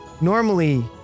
Normally